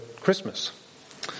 Christmas